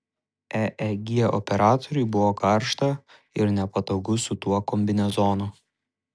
eeg operatoriui buvo karšta ir nepatogu su tuo kombinezonu